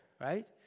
right